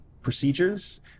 procedures